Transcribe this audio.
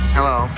Hello